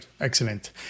Excellent